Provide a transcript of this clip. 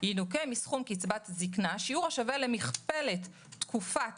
"ינוכה מסכום קצבת זקנה שיעור השווה למכפלת תקופת